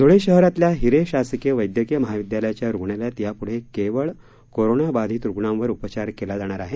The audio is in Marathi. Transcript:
ध्ळे शहरातल्या हिरे शासकीय वैद्यकीय महाविद्यालयाच्या रुग्णालयात यापुढे केवळ कोरोना बाधित रूग्णांवर उपचार केला जाणार आहे